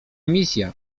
misja